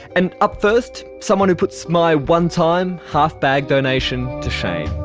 and up first, someone who puts my one-time half-bag donation to shame.